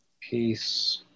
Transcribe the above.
Peace